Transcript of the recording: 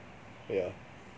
yeah